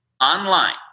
online